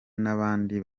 n’abandi